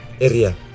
area